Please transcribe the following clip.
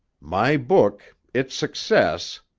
my book its success,